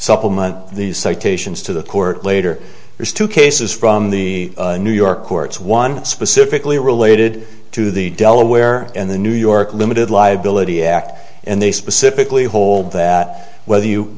supplement these citations to the court later there's two cases from the new york courts one specifically related to the delaware and the new york limited liability act and they specifically hold that whether you